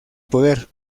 poder